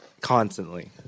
Constantly